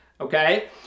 okay